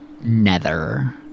nether